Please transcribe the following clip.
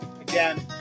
Again